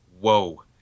Whoa